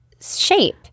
shape